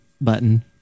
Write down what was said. button